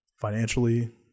Financially